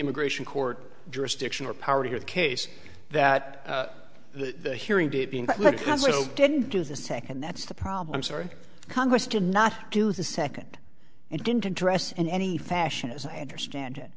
immigration court jurisdiction or power to hear the case that the hearing did didn't do the second that's the problem sorry congress did not do the second and didn't address in any fashion as i understand it